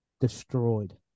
destroyed